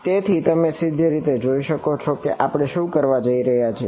તેથી તમે સીધીરીતે જોઈ શકો છો કે આપણે શું કરવા જઈ રહ્યા છીએ